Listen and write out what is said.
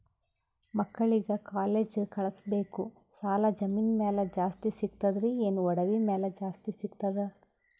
ಮಕ್ಕಳಿಗ ಕಾಲೇಜ್ ಕಳಸಬೇಕು, ಸಾಲ ಜಮೀನ ಮ್ಯಾಲ ಜಾಸ್ತಿ ಸಿಗ್ತದ್ರಿ, ಏನ ಒಡವಿ ಮ್ಯಾಲ ಜಾಸ್ತಿ ಸಿಗತದ?